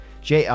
JR